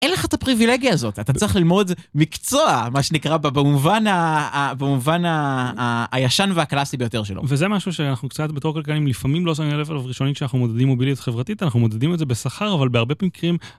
אין לך את הפריווילגיה הזאת אתה צריך ללמוד מקצוע מה שנקרא בה במובן הישן והקלאסי ביותר שלו. וזה משהו שאנחנו קצת בתור כלכליים לפעמים לא שאני ללב על עובר ראשונית שאנחנו מודדים מובילית חברתית אנחנו מודדים את זה בסחר אבל בהרבה פעמים קרים.